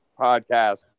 podcast